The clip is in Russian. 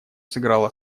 сыграла